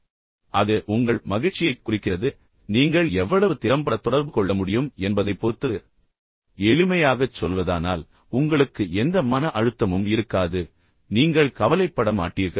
ஏனென்றால் அது உங்கள் மகிழ்ச்சியைக் குறிக்கிறது நீங்கள் எவ்வளவு திறம்பட தொடர்பு கொள்ள முடியும் என்பதைப் பொறுத்தது எளிமையாகச் சொல்வதானால் உங்களுக்கு எந்த மன அழுத்தமும் இருக்காது நீங்கள் கவலைப்பட மாட்டீர்கள்